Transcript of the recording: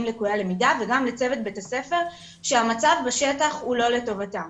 לקויי הלמידה וגם לצוות בית הספר שהמצב בשטח הוא לא לטובתם.